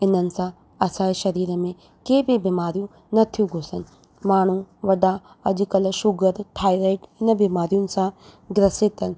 इन्हनि सां असांजे शरीर में को बि बीमारियूं नथियूं घुसनि माण्हू वॾा अॼुकल्ह शुगर थाएराइड इन्हनि बीमारियुनि सां ग्रसित आहिनि